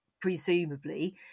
presumably